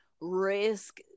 risk